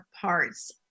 parts